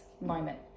moment